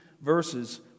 verses